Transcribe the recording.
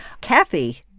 Kathy